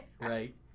right